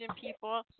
people